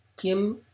kim